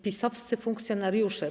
PiS-owscy funkcjonariusze.